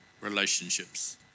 relationships